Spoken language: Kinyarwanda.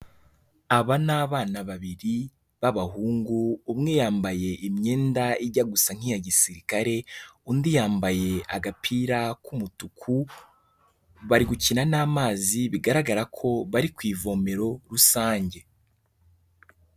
Aba ni abana babiri b'abahungu, umwe yambaye imyenda ijya gusa nk'iya gisirikare, undi yambaye agapira k'umutuku, bari gukina n'amazi bigaragara ko bari ku ivomero rusange.